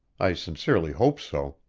i sincerely hope so.